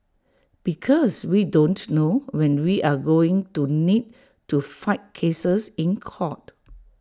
because we don't know when we're going to need to fight cases in court